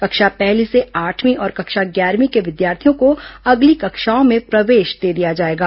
कक्षा पहली से आठवीं और कक्षा ग्यारहवीं के विद्यार्थियों को अगली कक्षाओं में प्रवेश दे दिया जाएगा